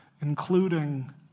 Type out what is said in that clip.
including